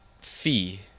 fee